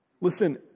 Listen